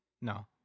No